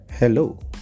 Hello